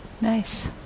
Nice